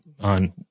on